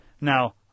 Now